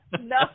no